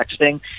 texting